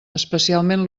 especialment